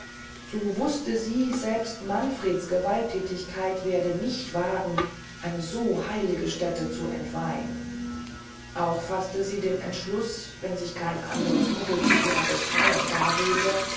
so wuste sie selbst manfreds gewaltthätigkeit werde nicht wagen eine so heilige stätte zu entweihen auch faßte sie den entschluß wenn sich kein ander mittel zu ihrer befreyung